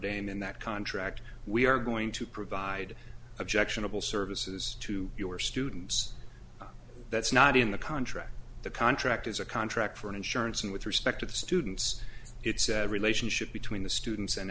dame in that contract we are going to provide objectionable services to your students that's not in the contract the contract is a contract for an insurance and with respect to the students it's a relationship between the students and